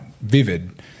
vivid